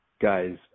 guys